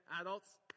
adults